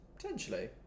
Potentially